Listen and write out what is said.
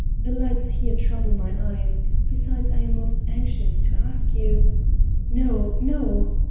the lights here trouble my eyes besides, i am most anxious to ask you no, no,